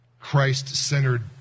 Christ-centered